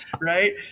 right